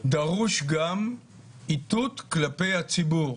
דרוש גם איתות כלפי הציבור.